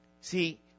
See